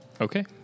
Okay